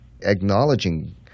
acknowledging